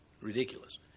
Ridiculous